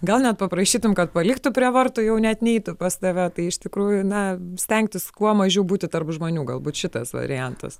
gal net paprašytum kad paliktų prie vartų jau net neitų pas tave tai iš tikrųjų na stengtis kuo mažiau būti tarp žmonių galbūt šitas variantas